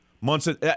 Munson